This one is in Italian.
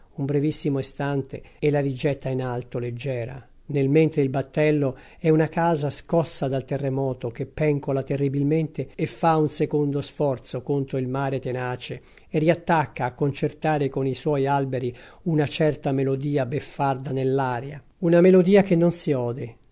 un brevissimo istante e la rigetta in alto leggera nel mentre il battello è una casa scossa dal terremoto che pencola terribilmente e fa un secondo sforzo contro il mare tenace e riattacca a concertare con i suoi alberi una certa melodia beffarda nell'aria una melodia che non si ode